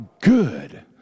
good